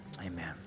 Amen